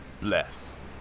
bless